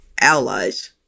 allies